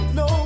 no